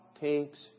takes